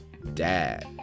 Dad